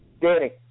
Danny